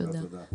תודה.